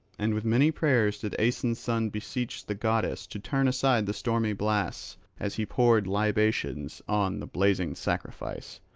and with many prayers did aeson's son beseech the goddess to turn aside the stormy blasts as he poured libations on the blazing sacrifice